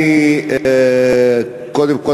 קודם כול,